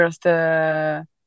first